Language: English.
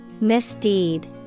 Misdeed